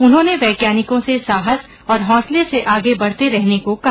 उन्होंने वैज्ञानिकों से साहस और हौंसले से आगे बढ़ते रहने को कहा